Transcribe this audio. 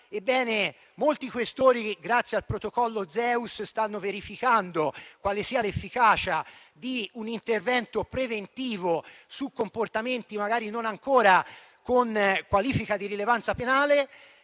molti questori, grazie al protocollo Zeus, stanno verificando quale sia l'efficacia di un intervento preventivo su comportamenti magari non ancora con qualifica di rilevanza penale.